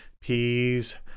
peas